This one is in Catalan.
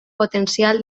potencial